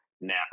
now